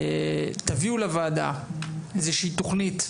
תביאו לוועדה איזושהי תוכנית,